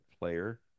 player